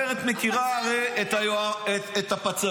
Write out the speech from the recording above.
הגברת מכירה את הפצ"רית.